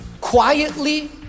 quietly